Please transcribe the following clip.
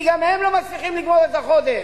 כי גם הם לא מצליחים לגמור את החודש.